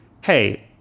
Hey